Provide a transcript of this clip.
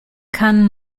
kann